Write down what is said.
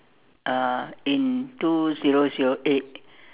uh in two zero zero eight